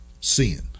sin